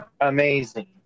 amazing